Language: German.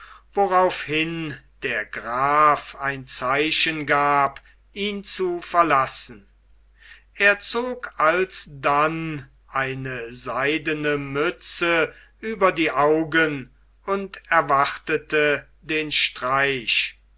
der graf ein zeichen gab ihn zu verlassen er zog alsdann eine seidene mütze über die augen und erwartete den streich